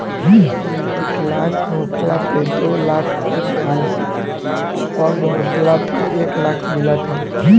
एमे विकलांग होखला पे दो लाख अउरी आंशिक अपंग होखला पे एक लाख मिलत ह